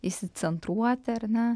įsicentruoti ar ne